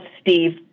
Steve